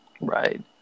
Right